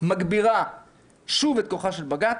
מגבירה שוב את כוחו של בג"ץ.